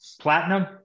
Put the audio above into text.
platinum